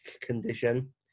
condition